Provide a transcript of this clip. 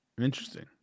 Interesting